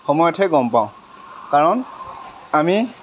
সময়তহে গম পাওঁ কাৰণ আমি